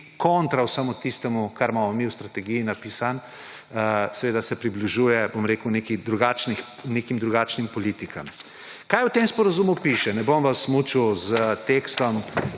kontra vsemu tistemu, kar imamo mi v strategiji napisano, seveda se približuje nekim drugačnim politikam. Kaj v tem sporazumu piše? Ne bom vas mučil s tekstom,